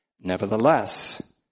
Nevertheless